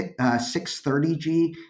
630G